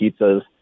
pizzas